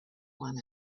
one